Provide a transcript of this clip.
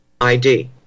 ID